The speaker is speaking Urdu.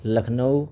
لکھنؤ